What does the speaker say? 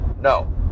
No